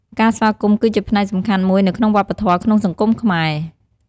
ការស្វាគមន៍គឺជាផ្នែកសំខាន់មួយនៅក្នុងវប្បធម៌ក្នុងសង្គមខ្មែរ។